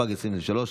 התשפ"ג 2023,